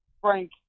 Frank